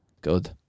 Good